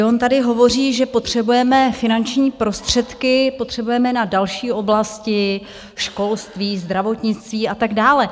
On tady hovoří, že potřebujeme finanční prostředky, potřebujeme na další oblasti školství, zdravotnictví a tak dále.